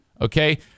okay